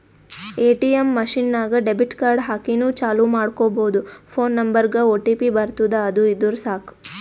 ATM machine ನಾಗ್ debit card ಹಾಕಿನೂ ಚಾಲೂ ಮಾಡ್ಕೊಬೋದು ಫೋನ್ ನಂಬರ್ಗ್ ಒಟಿಪಿ ಬರ್ತುದ್ ಅದು ಇದ್ದುರ್ ಸಾಕು